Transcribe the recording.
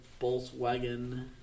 Volkswagen